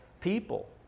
people